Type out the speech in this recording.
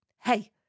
Hey